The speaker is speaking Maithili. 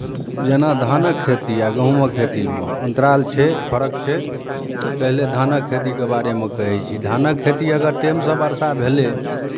जेना धानक खेती आ गहूमक खेतीमे अन्तराल छै फर्क छै तऽ पहिले धानक खेतीके बारेमे कहै छी धानक खेती अगर टाइमसँ वर्षा भेलै